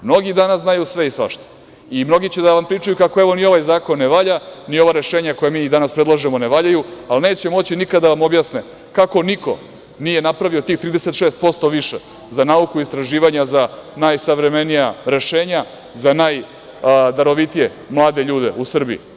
Mnogi danas znaju sve i svašta i mnogi će da vam pričaju kako, evo, ni ovaj zakon ne valja, ni ova rešenja koja mi danas predlažemo ne valjaju, ali neće moći nikad da nam objasne kako niko nije napravio tih 36% više za nauku i istraživanje za najsavremenija rešenja, za najdarovitije mlade ljude u Srbiji.